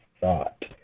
thought